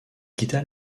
quitta